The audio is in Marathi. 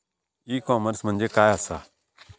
ई कॉमर्स म्हणजे काय असा?